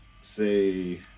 Say